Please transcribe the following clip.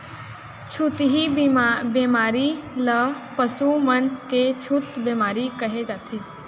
छुतही बेमारी ल पसु मन के छूत बेमारी कहे जाथे